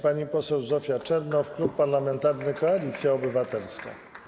Pani poseł Zofia Czernow, Klub Parlamentarny Koalicja Obywatelska.